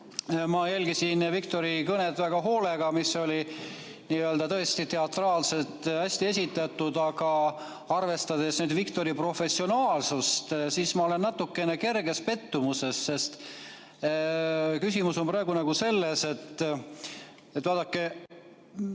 ma jälgisin Viktori kõnet väga hoolega, see oli tõesti teatraalselt ja hästi esitatud, aga arvestades Viktori professionaalsust, siis ma olen natukene kerges pettumuses. Sest küsimus on praegu selles, et vaadake,